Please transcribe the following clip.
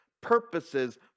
purposes